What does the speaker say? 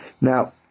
Now